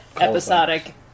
episodic